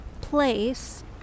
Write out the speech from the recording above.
place